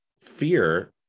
fear